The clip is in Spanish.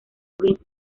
prince